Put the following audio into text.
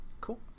Cool